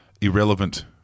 irrelevant